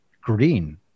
green